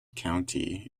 county